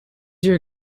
your